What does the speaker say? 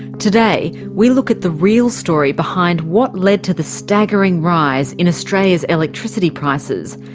today we look at the real story behind what led to the staggering rise in australia's electricity prices,